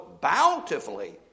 bountifully